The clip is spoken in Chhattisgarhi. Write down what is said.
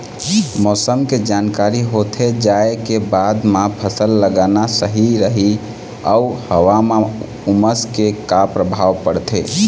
मौसम के जानकारी होथे जाए के बाद मा फसल लगाना सही रही अऊ हवा मा उमस के का परभाव पड़थे?